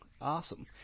Awesome